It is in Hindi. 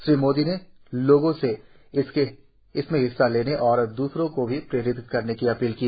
श्री मोदी ने लोगों से इसमें हिस्सा लेने और दूसरों को भी प्रेरित करने की अपील की